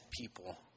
people